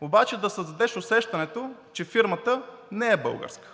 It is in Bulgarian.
обаче да създадеш усещането, че фирмата не е българска.